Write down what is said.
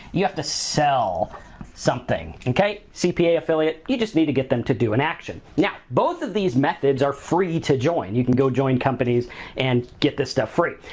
you have to sell something, okay? cpa affiliate, you just need to get them to do an action. now, both of these methods are free to join. you can go join companies and get this stuff free.